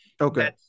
Okay